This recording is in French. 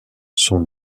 son